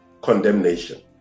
condemnation